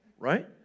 Right